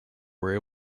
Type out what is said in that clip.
were